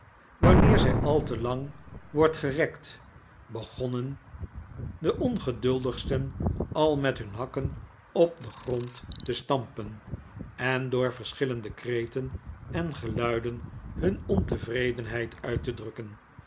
wanneer zij al te lang wordt gerekt begonnen de ongeduldigsten al met hun hakken op den grond te stampen en door verschillende kreten en geluiden hun ontevredenheid uit te drukken